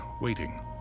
waiting